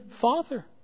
Father